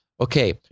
okay